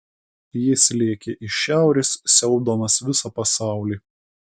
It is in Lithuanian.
jis lėkė iš šiaurės siaubdamas visą pasaulį